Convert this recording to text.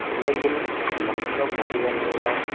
உலகில் மற்ற மொழிகளெல்லாம்